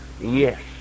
yes